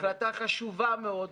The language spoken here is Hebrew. זו החלטה חשובה מאוד,